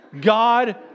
God